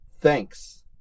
Thanks